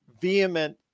vehement